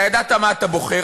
אתה ידעת מה אתה בוחר,